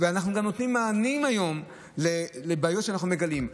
ואנחנו גם נותנים מענים היום לבעיות שאנחנו מגלים,